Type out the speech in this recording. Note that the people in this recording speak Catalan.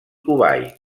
kuwait